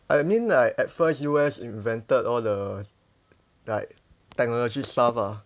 I mean like at first U_S invented all the like technology stuff ah